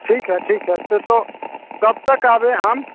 ठीक ठीक है फिर तो कब तक आवें हम